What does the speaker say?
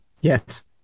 yes